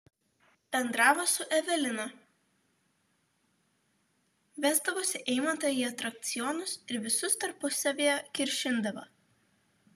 bendravo su evelina vesdavosi eimantą į atrakcionus ir visus tarpusavyje kiršindavo